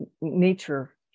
nature